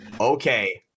Okay